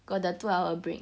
got the two hour break